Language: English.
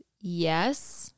yes